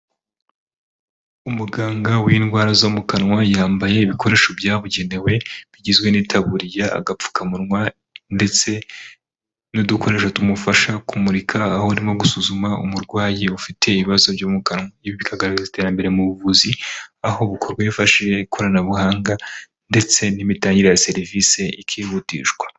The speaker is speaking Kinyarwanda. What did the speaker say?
Umuganga w'indwara zo mu kanwa yambaye ibikoresho byabugenewe bigizwe n'itaburiya agapfukamunwa ndetse n'udukoresho tumufasha kumurika aho arimo gusuzuma umurwayi ufite ibibazo byo mu kanwa ibi bikagaragaza iterambere mu buvuzi aho bukorwa hifashishije ikoranabuhanga ndetse n'imitangire ya serivisi ikihutishwa.